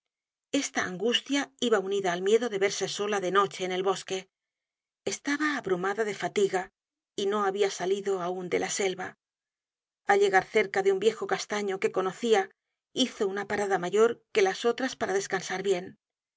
esta angustia iba unida al miedo de verse sola de noche en el bosque estaba abrumada de fatiga y no había salido aun de la selva al llegar cerca de un viejo castaño que conocia hizo una parada mayor que las otras para descansar bien